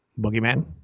boogeyman